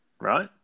right